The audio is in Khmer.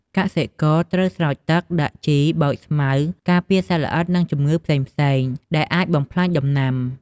កសិករត្រូវស្រោចទឹក ដាក់ជី បោចស្មៅ ការពារសត្វល្អិត និងជំងឺផ្សេងៗ ដែលអាចបំផ្លាញដំណាំ។